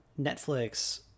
Netflix